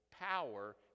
power